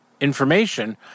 information